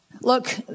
look